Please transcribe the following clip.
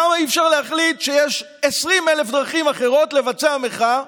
למה אי-אפשר להחליט שיש 20,000 דרכים אחרות לבצע מחאה,